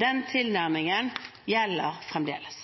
Den tilnærmingen gjelder fremdeles.